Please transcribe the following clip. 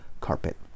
carpet